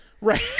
right